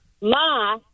Ma